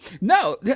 No